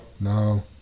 No